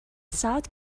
south